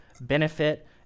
benefit